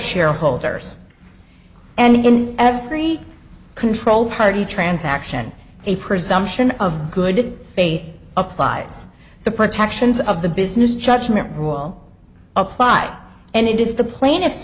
shareholders and in every control party transaction a presumption of good faith applies the protections of the business judgment rule apply and it is the plaintiff